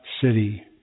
city